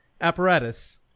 apparatus